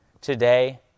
today